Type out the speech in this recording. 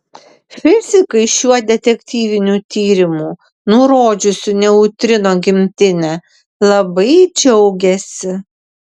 fizikai šiuo detektyviniu tyrimu nurodžiusiu neutrino gimtinę labai džiaugiasi